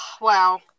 Wow